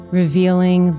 revealing